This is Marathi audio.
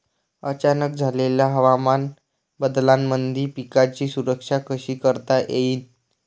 अचानक झालेल्या हवामान बदलामंदी पिकाची सुरक्षा कशी करता येईन?